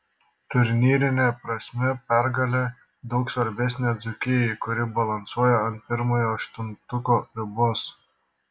turnyrine prasme pergalė daug svarbesnė dzūkijai kuri balansuoja ant pirmojo aštuntuko ribos